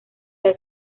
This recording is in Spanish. las